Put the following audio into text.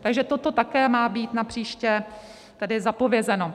Takže toto také má být napříště tedy zapovězeno.